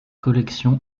collection